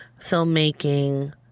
filmmaking